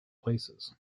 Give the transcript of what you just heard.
places